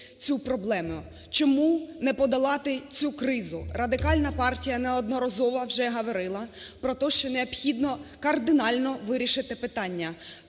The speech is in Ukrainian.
цю проблему? Чому не подолати цю кризу? Радикальна партія неодноразово вже говорила про те, що необхідно кардинально вирішити питання,